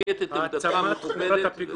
תביע את עמדתך המכובדת.